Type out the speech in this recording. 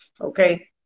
Okay